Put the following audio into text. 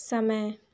समय